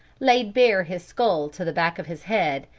laid bare his skull to the back of his head,